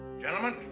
Gentlemen